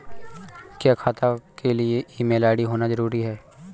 क्या खाता के लिए ईमेल आई.डी होना जरूरी है?